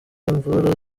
imvururu